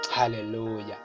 hallelujah